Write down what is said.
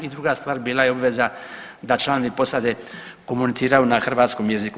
I druga stvar, bila je obveza da članovi posade komuniciraju na hrvatskom jeziku.